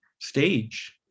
Stage